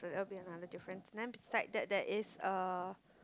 probably another difference then beside that there is a